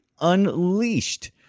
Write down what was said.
Unleashed